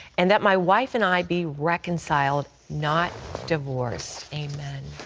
and that my wife and i be reconciled, not divorced. amen.